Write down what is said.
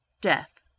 death